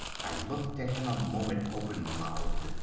i looked at him a moment open-mouthed.